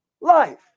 Life